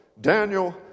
Daniel